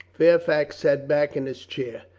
fairfax sat back in his chair.